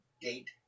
date